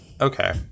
Okay